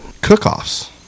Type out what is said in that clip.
cook-offs